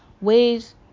ways